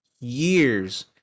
years